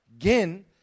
again